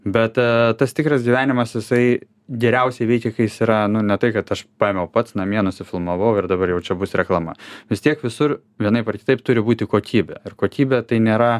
bet tas tikras gyvenimas jisai geriausiai veikia kai jis yra ne tai kad aš paėmiau pats namie nusifilmavau ir dabar jau čia bus reklama vis tiek visur vienaip ar kitaip turi būti kokybė ir kokybė tai nėra